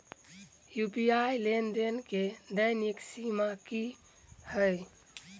UPI लेनदेन केँ दैनिक सीमा की है?